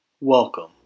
Welcome